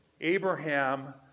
Abraham